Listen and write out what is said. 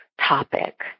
topic